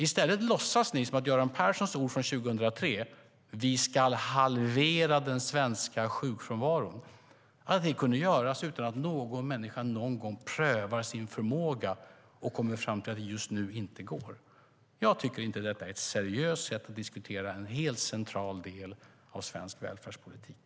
I stället låtsas ni som att Göran Perssons ord från 2003 om att den svenska sjukfrånvaron skulle halveras kunde bli verklighet utan att någon människa någon gång prövar sin förmåga och kommer fram till att det just nu inte går. Jag tycker inte att detta är ett seriöst sätt att diskutera en helt central del av svensk välfärdspolitik.